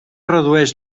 redueix